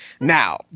now